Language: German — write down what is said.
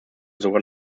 sogar